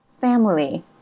family